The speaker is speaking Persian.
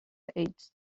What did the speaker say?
ایدز